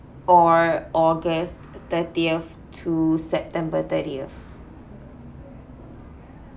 or august thirtieth to september thirtieth